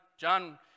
John